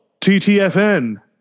TTFN